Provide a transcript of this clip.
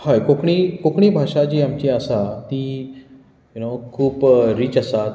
हय कोंकणी कोंकणी भाशा जी आमची आसा ती यु नो खूब रीच आसा